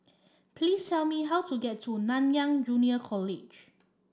please tell me how to get to Nanyang Junior College